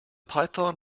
python